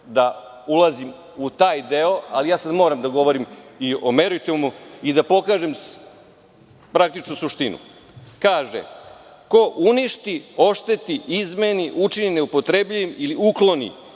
da ulazim u taj deo, ali ja sada moram da govorim i o meritumu i da pokažem praktično suštinu. Kaže – ko uništi, ošteti, izmeni, učini neupotrebljivim ili ukloni